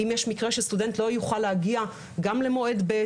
אם יש מקרה שסטודנט לא יוכל להגיע גם למועד ב',